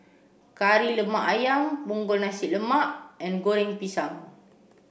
Kari Lemak Ayam Punggol Nasi Lemak and Goreng Pisang